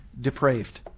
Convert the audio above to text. depraved